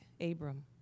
Abram